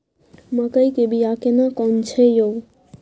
मकई के बिया केना कोन छै यो?